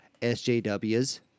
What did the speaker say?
SJW's